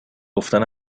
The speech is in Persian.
گفتن